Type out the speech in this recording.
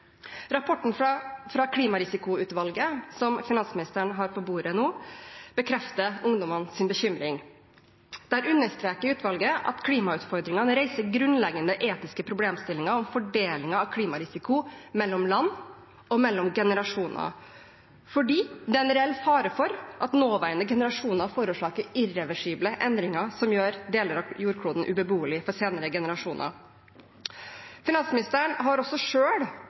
Rapporten fra Klimarisikoutvalget, som finansministeren har på bordet nå, bekrefter ungdommenes bekymring. Der understreker utvalget at klimautfordringene reiser grunnleggende etiske problemstillinger om fordelingen av klimarisiko mellom land og mellom generasjoner, fordi det er en reell fare for at nåværende generasjoner forårsaker irreversible endringer som gjør deler av jordkloden ubeboelig for senere generasjoner. Finansministeren har også